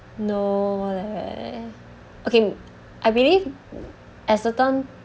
no leh okay I believe at certain